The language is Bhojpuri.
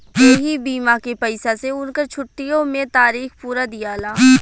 ऐही बीमा के पईसा से उनकर छुट्टीओ मे तारीख पुरा दियाला